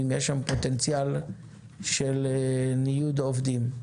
אם יש שם פוטנציאל של ניוד עובדים.